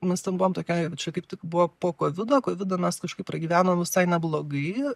mes ten buvom tokioj čia kaip tik buvo po kovido kovidą mes kažkaip pragyvenom visai neblogai